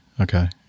Okay